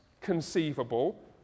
conceivable